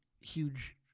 huge